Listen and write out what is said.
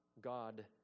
God